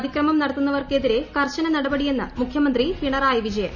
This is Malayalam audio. തിക്രമം നടത്തുന്നവർക്കെതിരെ കർശന നടപടിയെന്ന് മുഖ്യ മന്ത്രി പിണറായി വിജയൻ